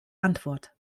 antwort